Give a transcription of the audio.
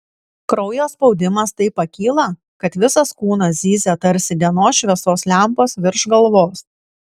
kraujo spaudimas taip pakyla kad visas kūnas zyzia tarsi dienos šviesos lempos virš galvos